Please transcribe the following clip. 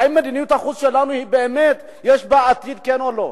האם מדיניות החוץ שלנו יש בה באמת עתיד, כן או לא.